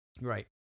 Right